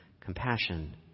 compassion